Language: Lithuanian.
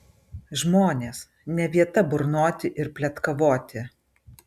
žmonės ne vieta burnoti ir pletkavoti